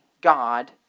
God